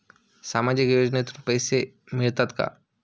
सामाजिक योजनेतून पैसे मिळतात का?